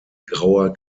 grauer